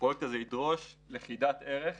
הפרויקט הזאת ידרוש לכידת ערך